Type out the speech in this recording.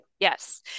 Yes